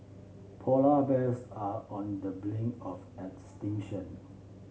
polar bears are on the blink of extinction